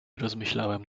rozmyślałem